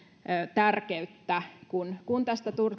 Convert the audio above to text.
tärkeyttä kun kun tästä